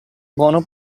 buono